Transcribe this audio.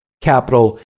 capital